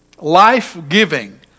Life-giving